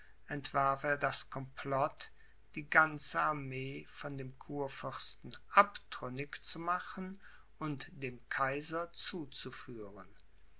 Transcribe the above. entwarf er das complot die ganze armee von dem kurfürsten abtrünnig zu machen und dem kaiser zuzuführen